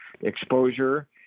exposure